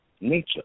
Nature